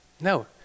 No